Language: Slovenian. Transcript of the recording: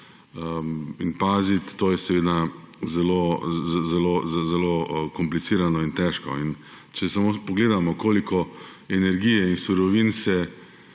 in paziti, to je seveda zelo komplicirano in težko. In če samo pogledamo, koliko energije in surovin se